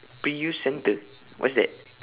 pre U centre what's that